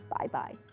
Bye-bye